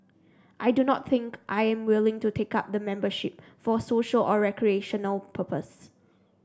I do not think I am willing to take up the membership for social or recreational purpose